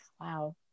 wow